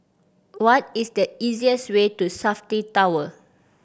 what is the easiest way to Safti Tower